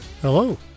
Hello